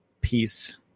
peace